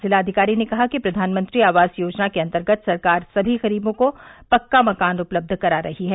जिलाधिकारी ने कहा कि प्रधानमंत्री आवास योजना के अंतर्गत सरकार सभी गरीबों को पक्का मकान उपलब्ध करा रही है